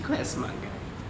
he quite a smart guy